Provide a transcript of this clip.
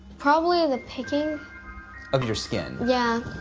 probably the picking of your skin? yeah,